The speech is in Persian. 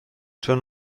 چون